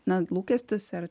na lūkestis ar